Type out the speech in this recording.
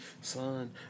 Son